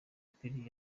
perry